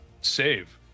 save